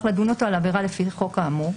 לדון אותו על העבירה לפי החוק האמור,